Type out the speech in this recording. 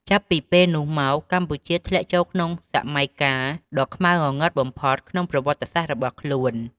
ចាប់ពីពេលនោះមក កម្ពុជាបានធ្លាក់ចូលក្នុងសម័យកាលដ៏ខ្មៅងងឹតបំផុតក្នុងប្រវត្តិសាស្ត្ររបស់ខ្លួន។